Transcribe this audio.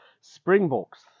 Springboks